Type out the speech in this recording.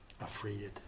afraid